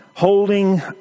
holding